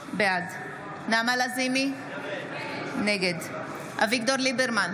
בעד נעמה לזימי, נגד אביגדור ליברמן,